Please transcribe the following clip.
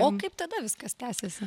o kaip tada viskas tęsėsi